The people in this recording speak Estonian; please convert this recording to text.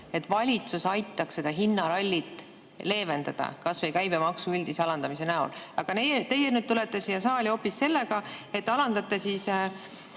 et valitsus aitaks seda hinnarallit leevendada kas või käibemaksu üldise alandamise näol. Aga teie tulete siia saali hoopis sellega, et alandate